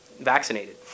vaccinated